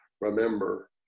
remember